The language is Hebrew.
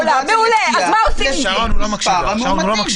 אחרי ששמענו את כל הדברים,